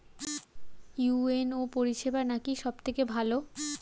UNO পরিসেবা নাকি সব থেকে ভালো?